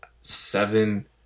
seven